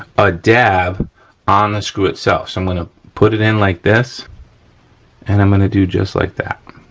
a dab on the screw itself. so i'm gonna put it in like this and i'm gonna do just like that.